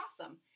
awesome